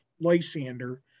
Lysander